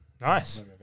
nice